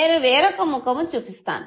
నేను వేరొక ముఖము చూపిస్తాను